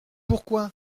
pourquoi